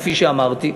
כפי שאמרתי.